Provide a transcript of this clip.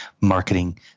marketing